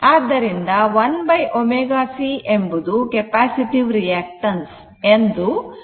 ಆದ್ದರಿಂದ 1 ω c ಎಂಬುದು capacitive reactance ಎಂದು ಕರೆಯಲ್ಪಡುತ್ತದೆ